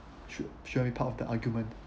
should should have be part of the argument